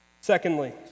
Secondly